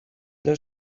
that